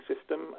system